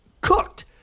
cooked